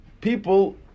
people